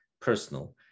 personal